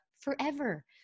forever